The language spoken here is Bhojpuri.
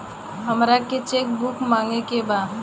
हमारा के चेक बुक मगावे के बा?